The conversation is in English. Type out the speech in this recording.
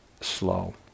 slow